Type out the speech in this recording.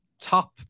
top